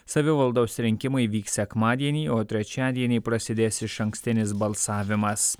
savivaldos rinkimai vyks sekmadienį o trečiadienį prasidės išankstinis balsavimas